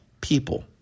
people